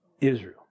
Israel